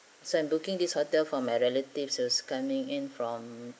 so I'm booking this hotel for my relatives who is coming in from